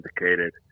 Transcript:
indicated